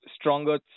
stronger